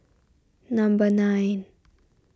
number nine